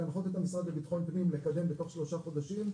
להנחות את המשרד לביטחון פנים לקדם בתוך שלושה חודשים,